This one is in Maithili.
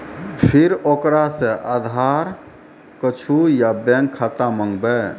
फिर ओकरा से आधार कद्दू या बैंक खाता माँगबै?